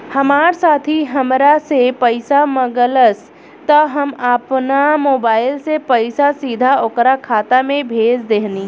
हमार साथी हामरा से पइसा मगलस त हम आपना मोबाइल से पइसा सीधा ओकरा खाता में भेज देहनी